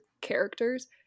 characters –